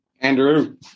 Andrew